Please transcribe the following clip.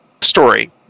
story